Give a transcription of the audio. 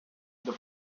the